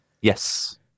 yes